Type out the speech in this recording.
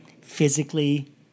physically